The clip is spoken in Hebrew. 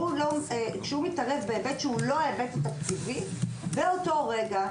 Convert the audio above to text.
כשהוא מתערב בהיבט שהוא לא ההיבט התקציבי באותו הרגע,